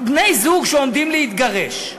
בני-זוג שעומדים להתגרש,